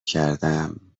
کردم